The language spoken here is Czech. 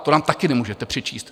To nám taky nemůžete přičíst.